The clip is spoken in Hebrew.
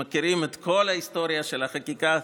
שמכירים את כל ההיסטוריה של החקיקה,